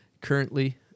currently